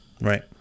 Right